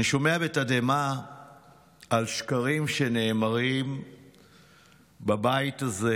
אני שומע בתדהמה על שקרים שנאמרים בבית הזה,